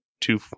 two